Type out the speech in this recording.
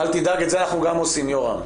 אל תדאג, את זה אנחנו גם עושים, יורם.